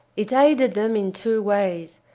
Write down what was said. it aided them in two ways.